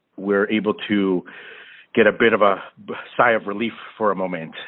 we're able to get a bit of a sigh of relief for a moment.